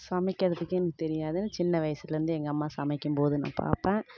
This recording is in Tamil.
சமைக்கிறது பற்றி எனக்கு தெரியாது நான் சின்ன வயசுலேருந்தே எங்கள் அம்மா சமைக்கும்போது நான் பார்ப்பேன்